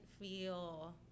feel